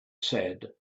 said